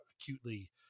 acutely